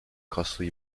costly